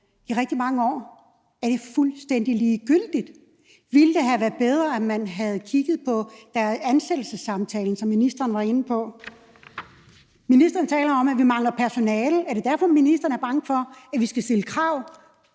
i rigtig mange år. Er det fuldstændig ligegyldigt? Ville det have været bedre, at man der så på ansættelsessamtalen, som ministeren var inde på? Ministeren taler om, at vi mangler personale. Er det derfor, ministeren er bange for, at vi stiller nogle krav?